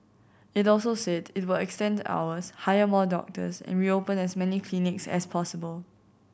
it also said it will extend hours hire more doctors and reopen as many clinics as possible